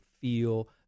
feel